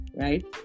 right